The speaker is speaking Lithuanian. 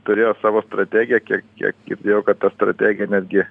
turėjo savo strategiją kiek kiek girdėjau kad ta strategija netgi